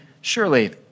surely